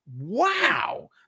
wow